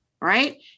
Right